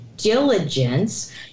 diligence